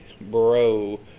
Bro